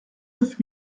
neuf